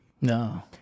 No